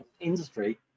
industry